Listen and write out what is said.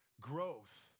growth